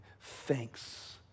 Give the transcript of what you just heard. thanks